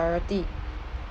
priority